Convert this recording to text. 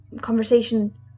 conversation